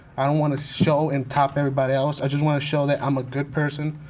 i don't wanna show and top everybody else, i just wanna show that i'm a good person,